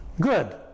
Good